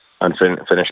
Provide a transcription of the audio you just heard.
unfinished